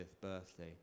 birthday